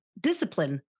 discipline